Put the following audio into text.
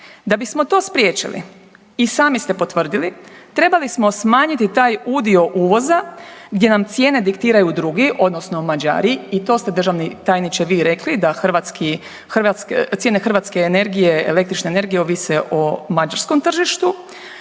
Da bismo to spriječili i sami ste potvrdili, trebali smo smanjiti taj udio uvoza gdje nam cijene diktiraju drugi odnosno Mađari i to ste državni tajniče vi rekli da hrvatski, cijene hrvatske energije, električne energije ovise o mađarskom tržištu,